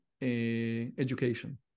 education